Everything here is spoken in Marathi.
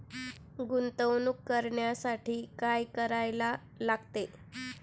गुंतवणूक करण्यासाठी काय करायला लागते?